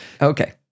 Okay